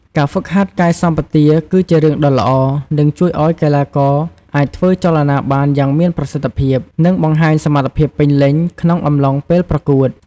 ការហ្វឹកហាត់កាយសម្បទាគឺ ជារឿងដ៏ល្អ នឹងជួយឲ្យកីឡាករអាចធ្វើចលនាបានយ៉ាងមានប្រសិទ្ធភាព និងបង្ហាញសមត្ថភាពពេញលេញក្នុងអំឡុងពេលប្រកួត។